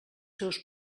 seus